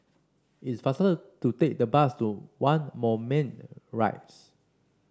it's faster to take the bus to One Moulmein Rise